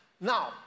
Now